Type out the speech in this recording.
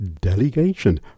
Delegation